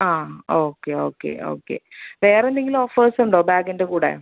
ആ okay okay okay വേറെ എന്തെങ്കിലും ഓഫേഴ്സ് ഉണ്ടോ ബാഗിൻ്റെ കൂടെ